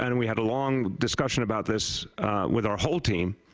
and we had a long discussion about this with our whole team,